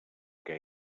que